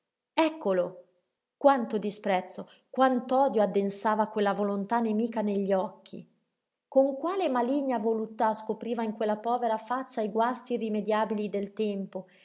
eccolo quanto disprezzo quant'odio addensava quella volontà nemica negli occhi con quale maligna voluttà scopriva in quella povera faccia i guasti irrimediabili del tempo